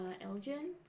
Elgin